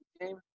game